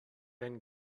then